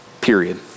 period